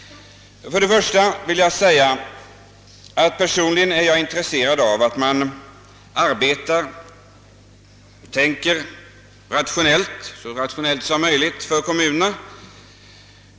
Jag vill först och främst säga att jag personligen är intresserad av att man arbetar och planerar så rationellt som möjligt för kommunerna.